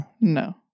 No